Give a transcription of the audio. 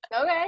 Okay